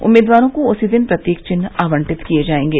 उम्मीदवारों को उसी दिन प्रतीक चिन्ह आवंटित किये जायेंगे